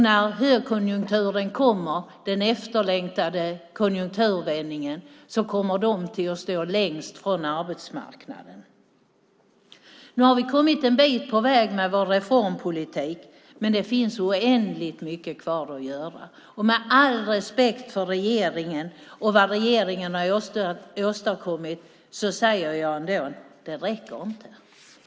När högkonjunkturen kommer, den efterlängtade konjunkturvändningen, kommer de att stå längst från arbetsmarknaden. Vi har kommit en bit på väg med vår reformpolitik. Men det finns oändligt mycket kvar att göra. Med all respekt för regeringen och vad regeringen har åstadkommit säger jag ändå: Det räcker inte.